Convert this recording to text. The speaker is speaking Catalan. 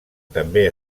també